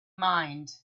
mind